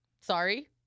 Sorry